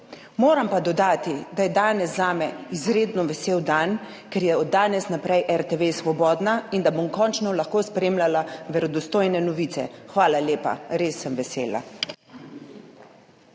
Moram pa dodati, da je danes zame izredno vesel dan, ker je od danes naprej RTV svobodna in da bom končno lahko spremljala verodostojne novice. Hvala lepa, res sem vesela.